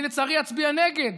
אני לצערי אצביע נגד.